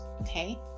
okay